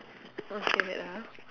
okay wait ah